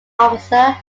officer